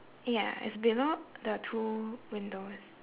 ya it's below the two windows